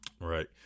Right